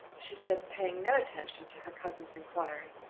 she said, paying no attention to her cousin's inquiry.